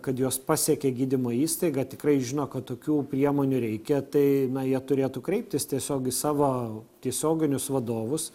kad jos pasiekė gydymo įstaigą tikrai žino kad tokių priemonių reikia tai jie turėtų kreiptis tiesiog į savo tiesioginius vadovus